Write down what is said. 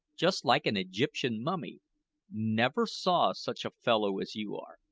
just like an egyptian mummy never saw such a fellow as you are,